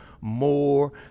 more